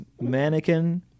Mannequin